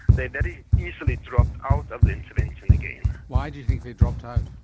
they very easily dropped out of the intervention again. why do you think they dropped out?